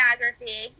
biography